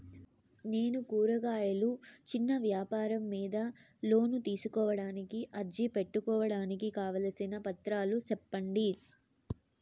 నేను కూరగాయలు చిన్న వ్యాపారం మీద లోను తీసుకోడానికి అర్జీ పెట్టుకోవడానికి కావాల్సిన పత్రాలు సెప్పండి?